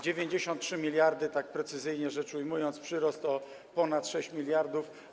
93 mld, precyzyjnie rzecz ujmując, przyrost o ponad 6 mld.